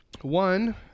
One